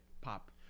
pop